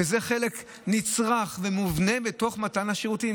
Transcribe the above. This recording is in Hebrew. שזה חלק נצרך ומובנה בתוך מתן השירותים.